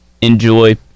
enjoy